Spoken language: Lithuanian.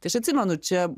tai aš atsimenu čia